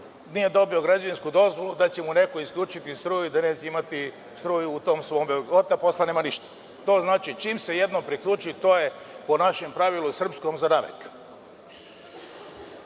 nije dobio građevinsku dozvolu, da ćemo neko isključiti struju da neće imati struju u tom svom objektu. Od tog posla nema ništa, to znači da čim se jednom priključi, to je po našem srpskom pravilu